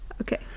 Okay